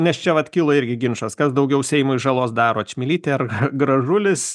nes čia vat kilo irgi ginčas kas daugiau seimui žalos daro čmilytė ar gražulis